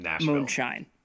Moonshine